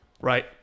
right